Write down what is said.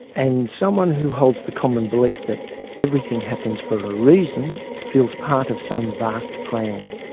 and, someone who holds the common belief that everything happens for a reason feels part of some vast plan,